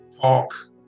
talk